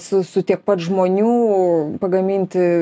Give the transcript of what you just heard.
su su tiek pat žmonių pagaminti